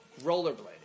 Rollerblading